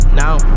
now